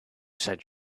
said